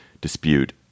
dispute